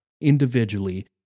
individually